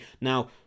now